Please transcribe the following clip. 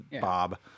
Bob